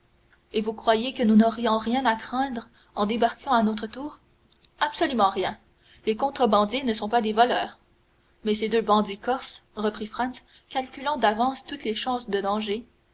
et vous croyez que nous n'aurions rien à craindre en débarquant à notre tour absolument rien les contrebandiers ne sont pas des voleurs mais ces deux bandits corses reprit franz calculant d'avance toutes les chances de danger